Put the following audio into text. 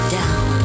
down